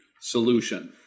solution